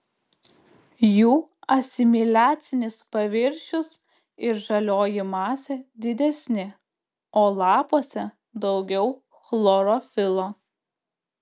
jų asimiliacinis paviršius ir žalioji masė didesni o lapuose daugiau chlorofilo